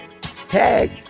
tag